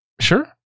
Sure